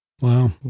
Wow